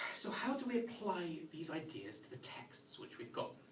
so how do we apply these ideas to the texts which we've got?